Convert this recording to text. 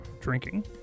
drinking